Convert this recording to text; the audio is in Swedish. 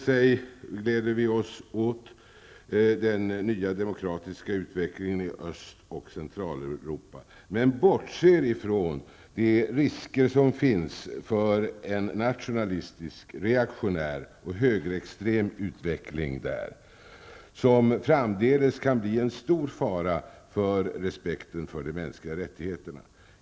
Vi gläder oss åt den nya demokratiska utvecklingen i Öst och Centraleuropa, men vi bortser från de risker som finns för en nationalistisk, reaktionär och högerextrem utveckling, som framdeles kan bli en stor fara för respekten för de mänskliga rättigheterna.